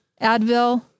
Advil